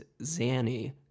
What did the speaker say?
Zanny